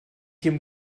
ihrem